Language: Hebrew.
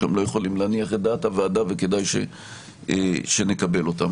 גם לא יכולים להניח את דעת הוועדה וכדאי שנקבל אותם.